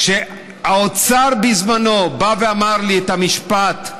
כשהאוצר בזמנו אמר לי את המשפט: